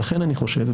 ולכן אני חושב,